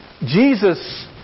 Jesus